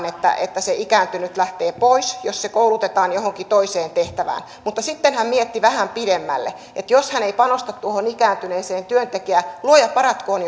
että ajatellaan että se ikääntynyt lähtee pois jos se koulutetaan johonkin toiseen tehtävään mutta sitten hän mietti vähän pidemmälle että jos hän ei panosta tuohon ikääntyneeseen työntekijään niin luoja paratkoon